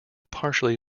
partially